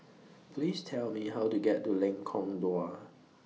Please Tell Me How to get to Lengkong Dua